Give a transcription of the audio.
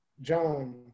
John